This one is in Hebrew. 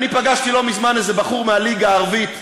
אני פגשתי לא מזמן איזה בחור מהליגה הערבית,